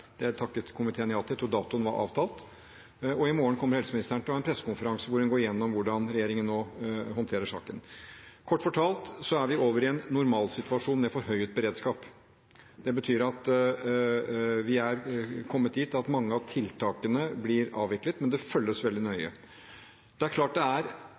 Det har komiteen takket ja til, jeg tror datoen er avtalt, og i morgen kommer helseministeren til å ha en pressekonferanse hvor hun går gjennom hvordan regjeringen nå håndterer saken. Kort fortalt er vi over i en normalsituasjon med forhøyet beredskap. Det betyr at vi er kommet dit at mange av tiltakene blir avviklet, men det følges veldig nøye. Det er klart det er